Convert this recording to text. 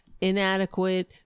inadequate